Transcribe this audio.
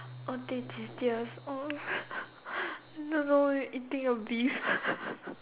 all these details oh don't know eating a beef